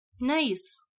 Nice